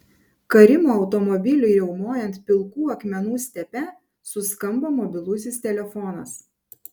karimo automobiliui riaumojant pilkų akmenų stepe suskambo mobilusis telefonas